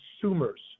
consumers